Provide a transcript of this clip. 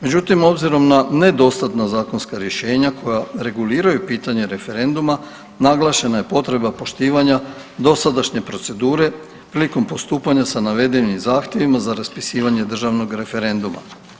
Međutim, obzirom na nedostatna zakonska rješenja koja reguliraju pitanje referenduma naglašena je potreba poštivanja dosadašnje procedure prilikom postupanja sa navedenim zahtjevima za raspisivanje državnog referenduma.